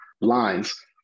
lines